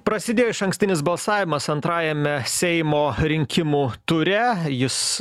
prasidėjo išankstinis balsavimas antrajame seimo rinkimų ture jis